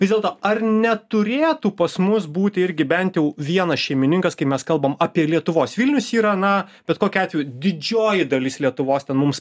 vis dėlto ar neturėtų pas mus būti irgi bent jau vienas šeimininkas kai mes kalbam apie lietuvos vilnius yra na bet kokiu atveju didžioji dalis lietuvos ten mums